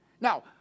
Now